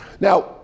Now